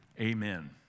amen